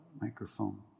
microphone